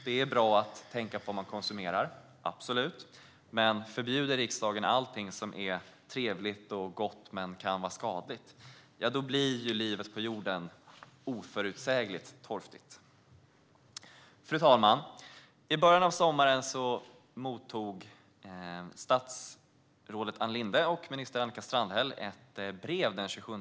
Det är bra att tänka på vad man konsumerar, absolut, men förbjuder riksdagen allt som är trevligt och gott men kan vara skadligt blir ju livet på jorden outsägligt torftigt. Fru ålderspresident! I början av sommaren, den 27 juni, mottog statsrådet Ann Linde och minister Annika Strandhäll ett brev.